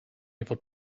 fod